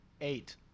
eight